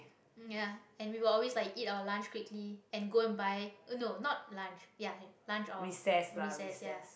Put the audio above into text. ya and we will always like eat our lunch quickly and go and buy oh no not lunch ya ya lunch or recess ya